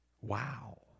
Wow